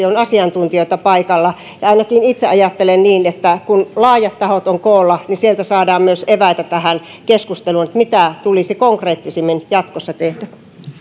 on asiantuntijoita paikalla ja ainakin itse ajattelen niin että kun laajat tahot ovat koolla sieltä saadaan myös eväitä tähän keskusteluun mitä tulisi konkreettisemmin jatkossa